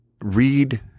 read